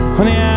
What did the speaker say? Honey